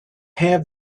have